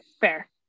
Fair